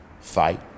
fight